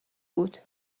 بود